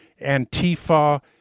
Antifa